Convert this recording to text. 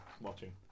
watching